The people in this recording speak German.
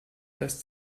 das